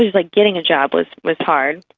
like getting a job was was hard.